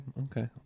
okay